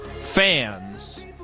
fans